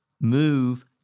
move